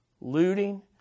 looting